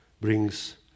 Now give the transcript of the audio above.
brings